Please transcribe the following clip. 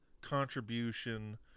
contribution